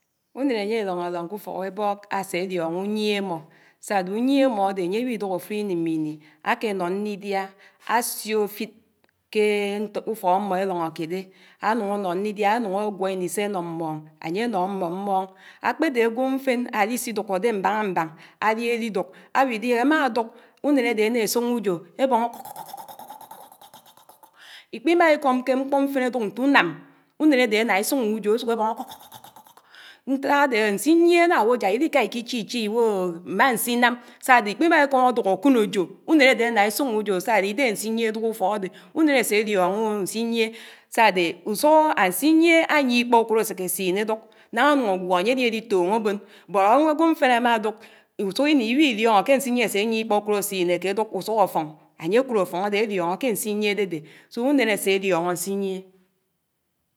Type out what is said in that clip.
Unén ányé élóñólóñ k'ufók ébóók ásé líóñó uyíé ámó sádé uyíé ámódé áyé wíduk áfur'íní m'íní ákénó nnídiá, ásiò áfid kééé ufók ámó élóñókédé, ánuñ ánó nnídiá ánuñ ágwó íní sé álóñ mmóñ, ányé ánó ámmó mmóñ. Ákpédé ágwo mfén álísídukò dé mbáña mbáñ áli álíduk, áwídé ámáduk, unén ádé éná sòñò ujò ébónó kokokokokokokokokokokokokokokokoko íkpímá ékóm ké mkpó mfén áduk ñt'unám, unén ádé áná ésòñò ujò ésuk ébóñó kokokokokokoko ñták ádéhé ñsiyié ánáwò ják ílíká íkíché íché íwòò má nsínám sádé íkpímá ékóm áduk ákònòjò, unén ádé áná ésòñò ujò sádé ídéhé nsíyíé áduk ufók ádé. unén ésé élíóñó nsíyíé sádé usukóhó ánsíyíe áyíé íkpáukòd áséké ásíné áduk náhá ánuñ ágwó áyé áriári tòñò ábòn, bót ágwomfén ámáduk, usuk íní íwílíóñó ké nsíyíé áséyíé íkpáukòd ásínéké áduk usuhó áfóñ, áyékud áfóñ ádé ádíóñó ké ánsíyíe ádédé. So unén ásédíóñó síyíé